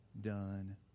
done